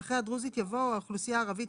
אחרי "הדרוזית" יבוא "או האוכלוסיה הערבית,